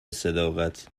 صداقت